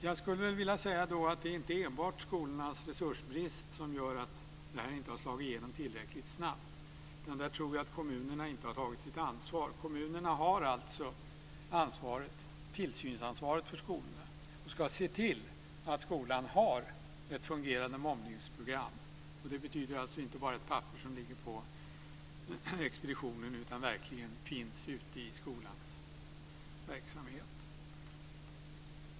Jag skulle vilja säga att det inte är enbart skolornas resursbrist som gör att det här inte har slagit igenom tillräckligt snabbt, utan där tror jag att kommunerna inte har tagit sitt ansvar. Kommunerna har alltså tillsynsansvaret för skolorna och ska se till att skolan har ett fungerande mobbningsprogram, och det betyder alltså inte bara ett papper som ligger på expeditionen utan att det verkligen finns ute i skolans verksamhet.